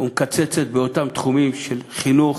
ומקצצת באותם תחומים של חינוך,